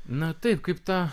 na taip kaip ta